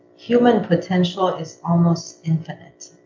human potential is almost infinite.